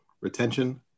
retention